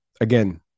Again